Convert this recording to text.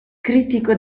critico